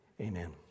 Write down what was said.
amen